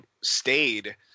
stayed